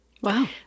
Wow